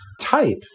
type